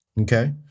okay